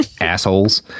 Assholes